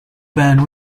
band